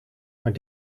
maar